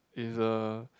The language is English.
is uh